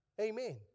Amen